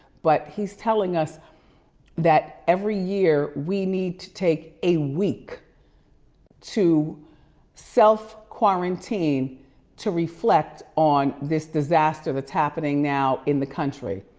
but he's telling us that every year we need to take a week to self-quarantine to reflect on this disaster that's happening now in the country.